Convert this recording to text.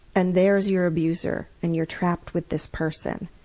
and there's your abuser and you're trapped with this person.